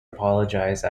apologised